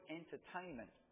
entertainment